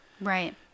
Right